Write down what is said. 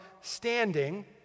standing